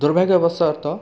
ଦୁର୍ଭାଗ୍ୟବଶତଃ